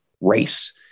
race